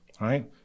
right